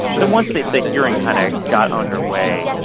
but then once the the hearing kind of got underway,